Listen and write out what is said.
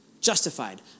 Justified